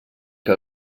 que